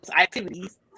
activities